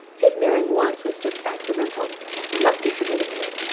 his marrying once was just accidental and must be forgiven him.